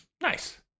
Nice